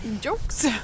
Jokes